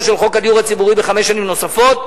של חוק הדיור הציבורי בחמש שנים נוספות,